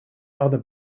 other